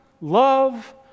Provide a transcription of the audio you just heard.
love